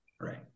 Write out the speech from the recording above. Right